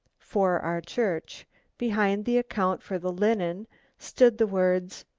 for our church behind the account for the linen stood the words,